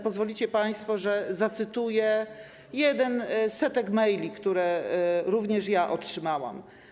Pozwolicie państwo, że zacytuję jeden z setek maili, które również otrzymałam.